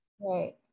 right